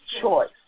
choice